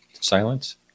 silence